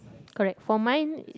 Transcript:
correct for mine